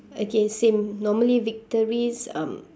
okay same normally victories